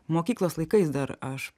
mokyklos laikais dar aš